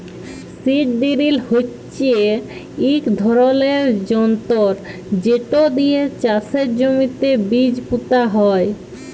seed drill হচ্যে ইক ধরলের যনতর যেট দিয়ে চাষের জমিতে বীজ পুঁতা হয়